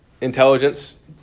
intelligence